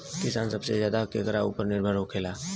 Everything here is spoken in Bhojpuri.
किसान सबसे ज्यादा केकरा ऊपर निर्भर होखेला?